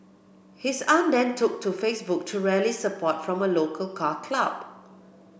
his aunt then took to Facebook to rally support from a local car club